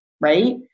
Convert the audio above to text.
right